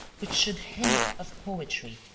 which should hint of poetry,